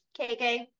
KK